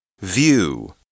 View